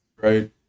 right